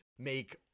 make